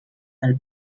pel